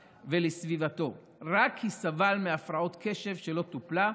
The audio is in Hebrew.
ולסביבתו רק כי סבל מהפרעת קשב שלא טופלה,